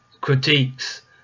critiques